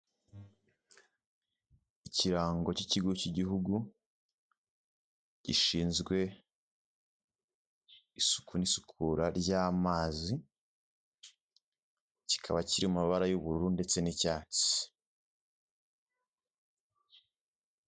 Ikirango cy'ikigo cy'igihugu gishinzwe isuku n'isukura ry'amazi kikaba kiri mu mabara y'ubururu ndetse n'icyatsi.